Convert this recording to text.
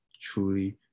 truly